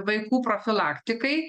vaikų profilaktikai